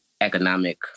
economic